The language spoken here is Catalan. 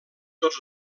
tots